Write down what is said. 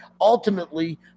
ultimately